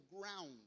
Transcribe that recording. ground